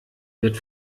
wird